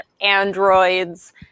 androids